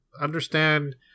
understand